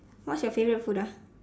what's your favourite food ah